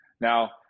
Now